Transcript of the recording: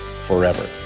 forever